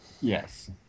Yes